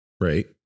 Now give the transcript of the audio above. right